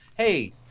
hey